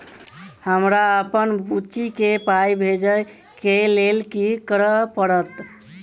हमरा अप्पन बुची केँ पाई भेजइ केँ लेल की करऽ पड़त?